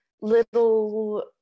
little